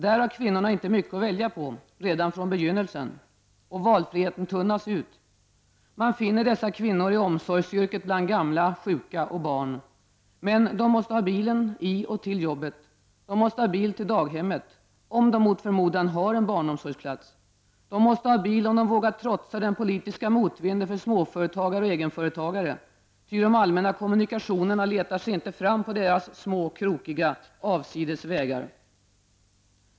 Där har kvinnorna inte mycket att välja på redan från begynnelsen. Och valfriheten tunnas ut. Man finner dessa kvinnor i omsorgsyrket bland gamla, sjuka och barn. Men kvinnorna måste ha bilen i och till jobbet. De måste ha bil för att kunna ta sig till daghemmet, om de mot förmodan har en barnomsorgsplats. De måste ha bil om de vågat trotsa den politiska motvinden för småföretagare och egenföretagare, ty de allmänna kommunikationerna letar sig inte fram på deras små, krokiga avsides vägar.